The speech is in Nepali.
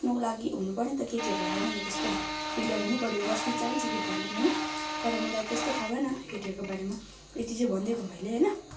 आफ्नो लागि हुनुपऱ्यो नि त केटीहरूको खालि त त्यस्तो फ्रिडम हुनुपऱ्यो जस्टिस चाहिन्छ केटीहरूलाई पनि होइन तर मलाई त्यस्तो थाहा भएन केटीहरूको बारेमा यति चाहिँ भनिदिएको मैले होइन